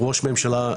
ראש הממשלה,